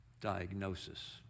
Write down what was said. diagnosis